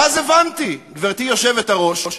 ואז הבנתי, גברתי היושבת-ראש,